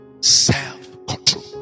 self-control